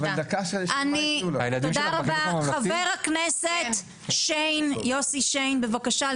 חבר הכנסת יוסי שיין, בבקשה.